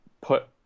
put